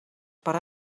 per